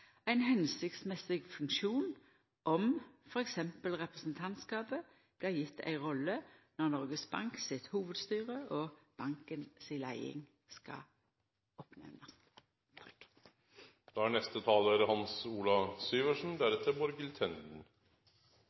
ein hensiktsmessig funksjon, om f.eks. representantskapet blir gjeve ei rolle når Noregs Bank sitt hovudstyre og banken si leiing skal utnemnast. Denne meldingen – finansmarkedsmeldingen – kommer med et bakteppe, hvor vi ser uro i Europa, og hvor «det er